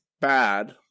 bad